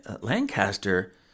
Lancaster